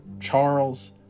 Charles